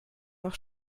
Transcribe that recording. auch